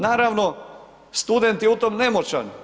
Naravno, student je u tom nemoćan.